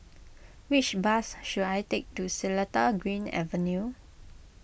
which bus should I take to Seletar Green Avenue